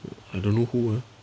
I don't know who eh